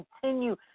continue